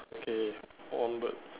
okay one bird